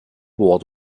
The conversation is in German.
bor